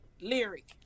lyric